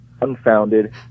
unfounded